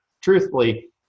truthfully